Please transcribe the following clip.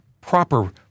proper